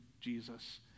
Jesus